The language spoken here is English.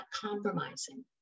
compromising